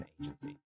agency